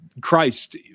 Christ